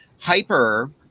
hyper